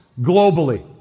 globally